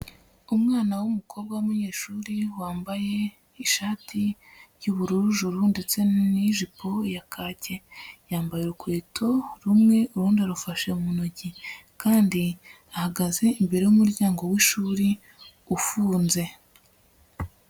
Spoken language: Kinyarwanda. Umwana w'umukobwa w'umunyeshuri wambaye ishati y'ubururu juru ndetse n'ijipo ya kake, yambaye urukweto rumwe ubundi arufashe mu ntoki, kandi ahagaze imbere y'umuryango w'ishuri ufunze.